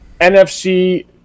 nfc